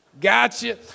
Gotcha